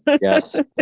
Yes